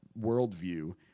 worldview